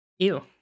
Ew